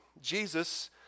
Jesus